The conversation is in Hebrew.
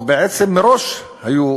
או בעצם מראש היו